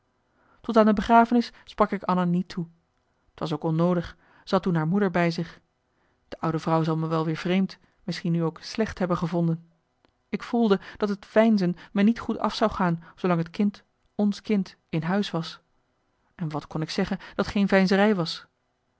tot aan de begrafenis sprak ik anna niet toe t was ook onnoodig ze had toen haar moeder bij zich de oude vrouw zal me wel weer vreemd misschien nu ook slecht hebben gevonde ik voelde dat het veinzen me niet goed af zou gaan zoolang het kind ons kind in huis was en wat kon ik zeggen dat geen veinzerij was